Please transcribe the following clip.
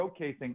showcasing